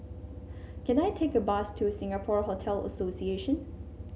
can I take a bus to Singapore Hotel Association